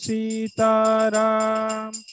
Sitaram